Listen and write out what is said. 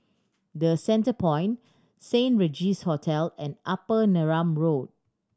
The Centrepoint Saint Regis Hotel and Upper Neram Road